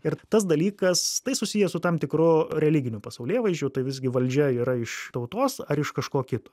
ir tas dalykas tai susiję su tam tikru religiniu pasaulėvaizdžiu tai visgi valdžia yra iš tautos ar iš kažko kito